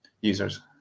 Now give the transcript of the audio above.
users